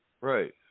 Right